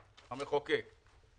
קרי, המחוקק?